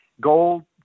Gold